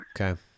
Okay